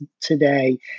today